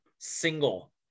Single